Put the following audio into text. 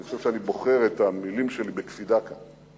אני חושב שאני בוחר את המלים שלי בקפידה כאן,